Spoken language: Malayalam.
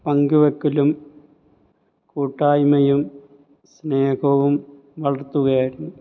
പങ്കുവയ്ക്കലും കൂട്ടായ്മയും സ്നേഹവും വളർത്തുകയായിരുന്നു